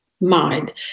mind